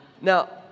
Now